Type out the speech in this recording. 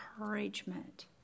encouragement